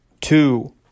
two